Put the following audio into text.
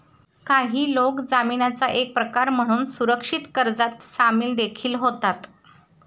काही लोक जामीनाचा एक प्रकार म्हणून सुरक्षित कर्जात सामील देखील होतात